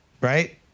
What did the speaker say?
right